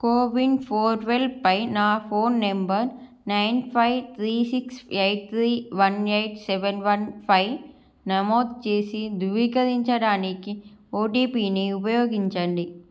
CoWIN portal పై నా phone number nine five three six eight three one eight seven one five నమోదు చేసి ధృవీకరరించడానికి ఓటీపీని ఉపయోగించండి